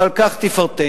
ועל כך תפארתנו.